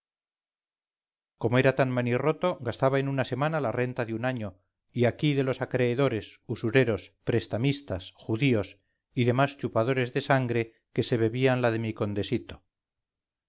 como era tan manirroto gastaba en una semana la renta de un año y aquí de los acreedores usureros prestamistas judíos y demás chupadores de sangre que se bebían la de mi condesito